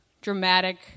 dramatic